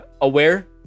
aware